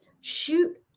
shoot